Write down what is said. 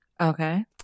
Okay